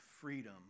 freedom